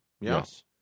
Yes